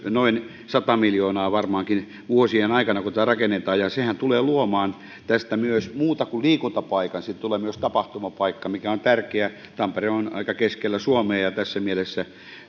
noin sata miljoonaa varmaankin vuosien aikana kun tätä rakennetaan ja sehän tulee luomaan tästä myös muuta kuin liikuntapaikan siitä tulee myös tapahtumapaikka mikä on tärkeää tampere on aika keskellä suomea ja tässä mielessä